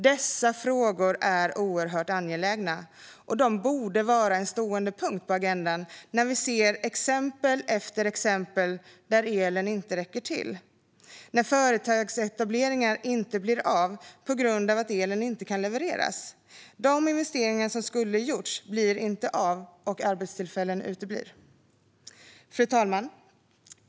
Dessa frågor är oerhört angelägna. De borde vara en stående punkt på agendan när vi ser exempel efter exempel på att elen inte räcker till och när företagsetableringar inte blir av på grund av att elen inte kan levereras. De investeringar som skulle ha gjorts blir inte av, och arbetstillfällen uteblir. Fru talman!